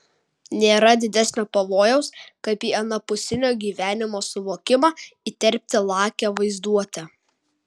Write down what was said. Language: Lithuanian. nėra didesnio pavojaus kaip į anapusinio gyvenimo suvokimą įterpti lakią vaizduotę